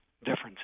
differences